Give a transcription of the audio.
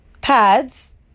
pads